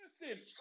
Listen